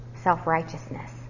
self-righteousness